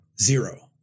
zero